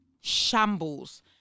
shambles